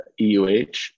EUH